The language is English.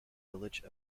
village